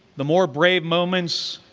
the more brave moments